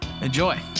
Enjoy